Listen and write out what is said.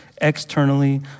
externally